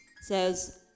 says